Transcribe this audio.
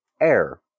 Air